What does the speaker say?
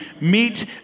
meet